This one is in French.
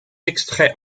extraits